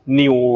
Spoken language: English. new